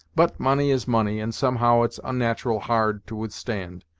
but money is money, and somehow it's unnat'ral hard to withstand.